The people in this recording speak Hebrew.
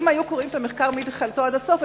אם היו קוראים את המחקר מתחילתו עד הסוף,